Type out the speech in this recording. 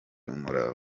umurava